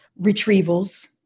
retrievals